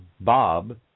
Bob